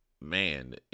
man